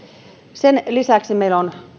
sen lisäksi meillä on